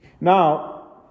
now